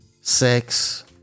Sex